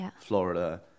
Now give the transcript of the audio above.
Florida